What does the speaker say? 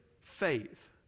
faith